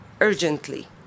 urgently